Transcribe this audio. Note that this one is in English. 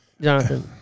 Jonathan